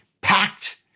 packed